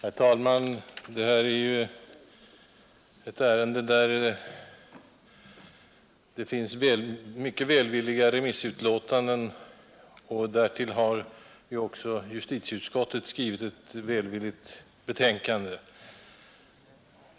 Herr talman! Detta är ju ett ärende där det finns mycket välvilliga remissyttranden, och därtill har justitieutskottet avgivit ett välvilligt betänkande.